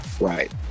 Right